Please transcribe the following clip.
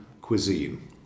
cuisine